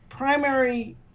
primary